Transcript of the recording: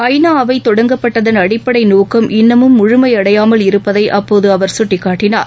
ஐ நா அவை தொடங்கப்பட்டதன் அடிப்படை நோக்கம் இன்னமும் முழுமை அடையாமல் இருப்பதை அப்போது அவர் சுட்டிக் காட்டினார்